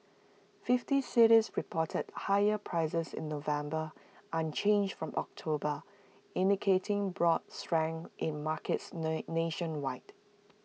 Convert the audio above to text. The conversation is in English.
fifty cities reported higher prices in November unchanged from October indicating broad strength in markets lay nationwide